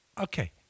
Okay